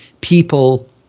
people